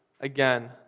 again